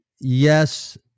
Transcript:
yes